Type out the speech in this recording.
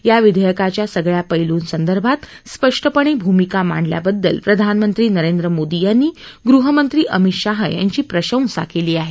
या विधेयकाच्या सगळ्या पैलूंसंदर्भात स्पष्टपणे भूमिका मांडल्याबद्दल प्रधानमंत्री नरेंद्र मोदी यांनी गृहमंत्री अमित शाह यांची प्रशंसा केली आहे